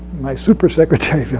my super-secretary,